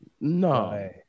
No